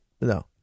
No